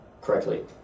correctly